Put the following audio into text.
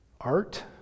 art